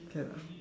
can